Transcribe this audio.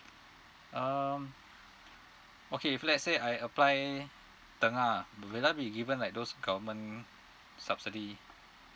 um okay if let's say I apply tengah will I be given like those government subsidy